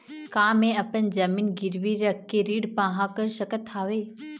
का मैं अपन जमीन गिरवी रख के ऋण पाहां कर सकत हावे?